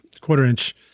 quarter-inch